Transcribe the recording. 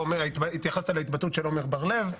והתייחסת להתבטאות של עמר בר לב.